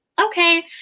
okay